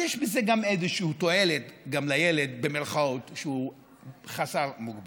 יש בזה גם איזושהי תועלת לילד במירכאות שהוא "חסר מוגבלויות",